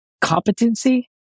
competency